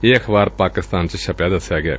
ਇਹ ਅਖ਼ਬਾਰ ਪਾਕਿਸਤਾਨ ਚ ਛਪਿਆ ਦਸਿਆ ਗਿਐ